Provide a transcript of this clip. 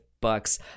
bucks